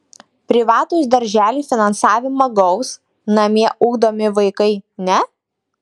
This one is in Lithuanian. privatūs darželiai finansavimą gaus namie ugdomi vaikai ne